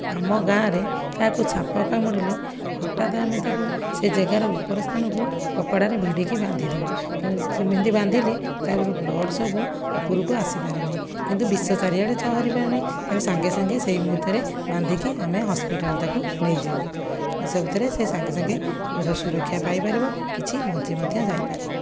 ଆମ ଗାଁରେ କାହାକୁ ସାପ କାମୁଡ଼ିଲେ ହଠାତ୍ ଆମେ ତାକୁ ସେ ଜାଗାର ଉପର ସ୍ଥାନକୁ କପଡ଼ାରେ ଭିଡ଼ିକି ବାନ୍ଧିଦେଉ ସେମିତି ବାନ୍ଧିଲେ ତା'ପରେ ବ୍ଲଡ୍ ସବୁ ଉପରକୁ ଆସିପାରେ ନାହିଁ କିନ୍ତୁ ବିଷ ଚାରିଆଡ଼େ ଚରି ପାରେନାହିଁ ତାକୁ ସାଙ୍ଗେ ସାଙ୍ଗେ ସେଇ ମୁହୂର୍ତ୍ତରେ ବାନ୍ଧିକି ଆମେ ହସ୍ପିଟାଲ ତାକୁ ନେଇଯାଉ ଏସବୁଥିରେ ସେ ସାଙ୍ଗେ ସାଙ୍ଗେ ନିଜ ସୁରକ୍ଷା ପାଇପାରିବ କିଛି ବଞ୍ଚି ମଧ୍ୟ ଯାଇପାରେ